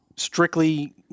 Strictly